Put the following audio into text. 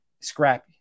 scrappy